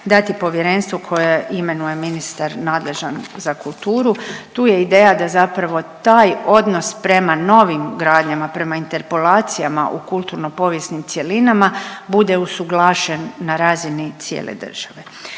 dati povjerenstvo koje imenuje ministar nadležan za kulturu. Tu je ideja, da zapravo taj odnos prema novim gradnjama, prema interpolacijama u kulturno-povijesnim cjelinama, bude usuglašen na razini cijele države.